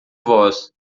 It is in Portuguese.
voz